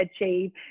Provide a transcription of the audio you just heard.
achieve